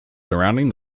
surrounding